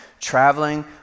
Traveling